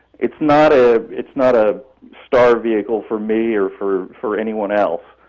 it's not ah it's not a star vehicle for me or for for anyone else,